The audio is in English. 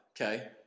okay